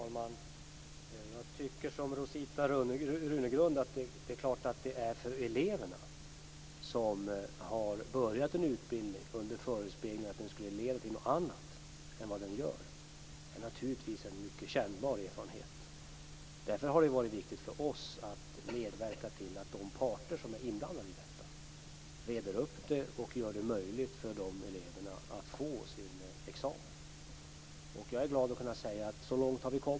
Fru talman! Som Rosita Runegrund säger, är det en mycket kännbar erfarenhet för de elever som har börjat en utbildning under förespeglingen att den skulle leda till någonting annat än den verkligen har lett till. Därför har det varit viktigt för oss att medverka till att de parter som är inblandade i detta reder upp det och gör det möjligt för eleverna att få sin examen. Jag är glad att kunna säga att vi har kommit så långt.